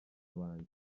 banjye